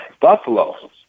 Buffalo